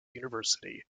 university